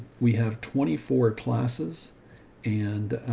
we have twenty four classes and,